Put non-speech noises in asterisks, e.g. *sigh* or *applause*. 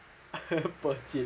*laughs*